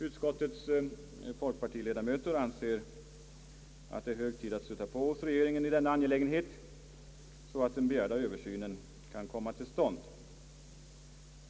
Utskottets folkpartiledamöter anser att det är hög tid att stöta på hos regeringen i denna angelägenhet så att den begärda översynen kan komma till stånd.